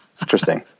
Interesting